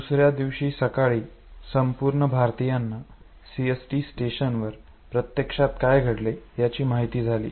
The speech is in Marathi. दुसर्या दिवशी सकाळी संपूर्ण भारतीयांना सीएसटी स्टेशनवर प्रत्यक्षात काय घडले याची माहिती झाली